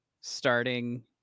starting